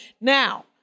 Now